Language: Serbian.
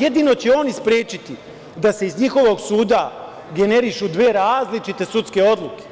Jedino će oni sprečiti da se iz njihovog suda generišu dve različite sudske odluke